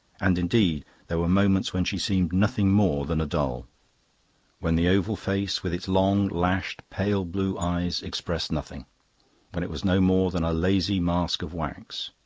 and indeed there were moments when she seemed nothing more than a doll when the oval face, with its long-lashed, pale blue eyes, expressed nothing when it was no more than a lazy mask of wax.